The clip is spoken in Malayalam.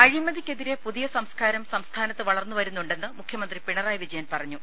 അഴിമതിക്കെതിരെ പുതിയ സംസ്കാരം സംസ്ഥാനത്ത് വളർന്നു വരുന്നുണ്ടെന്ന് മുഖ്യമന്ത്രി പിണറായി വിജയൻ പറഞ്ഞു